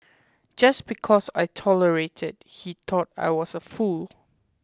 just because I tolerated he thought I was a fool